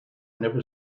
never